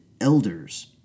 elders